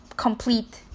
complete